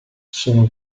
sono